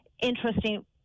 interesting